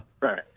Right